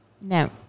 No